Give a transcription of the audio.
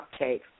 cupcakes